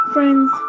Friends